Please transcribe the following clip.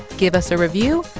give us a review,